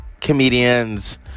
comedians